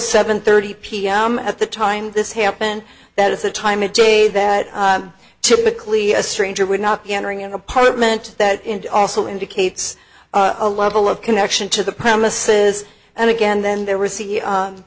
seven thirty pm at the time this happened that is the time of day that typically a stranger would not be entering an apartment that into also indicates a level of connection to the premises and again then there was the